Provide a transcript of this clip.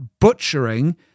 butchering